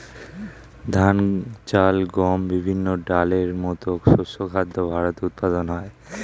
ধান, চাল, গম, বিভিন্ন ডালের মতো শস্য খাদ্য ভারতে উৎপাদন হয়